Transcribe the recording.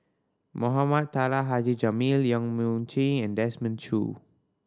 Mohamed Taha Haji Jamil Yong Mun Chee and Desmond Choo